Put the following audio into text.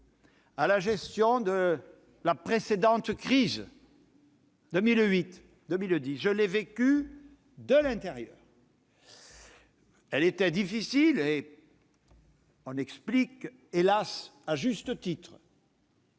à la gestion de la précédente crise de 2008-2010. Je l'ai vécue de l'intérieur. Elle était difficile, et l'on explique, hélas à juste titre,